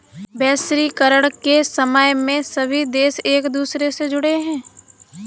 वैश्वीकरण के समय में सभी देश एक दूसरे से जुड़े है